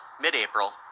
mid-April